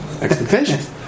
expectations